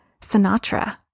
Sinatra